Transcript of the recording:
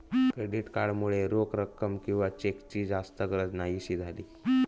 credit card मुळे रोख रक्कम किंवा चेकची जास्त गरज न्हाहीशी झाली